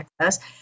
access